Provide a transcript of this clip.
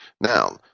Now